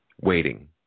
waiting